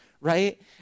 right